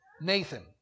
Nathan